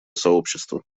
сообщества